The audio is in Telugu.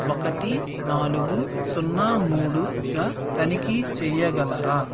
ఒకటి నాలుగు సున్నా మూడుగా తనిఖీ చేయగలరా